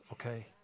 okay